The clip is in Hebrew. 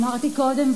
אמרתי קודם,